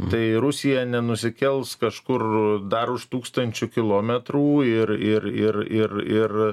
tai rusija nenusikels kažkur dar už tūkstančių kilometrų ir ir ir ir ir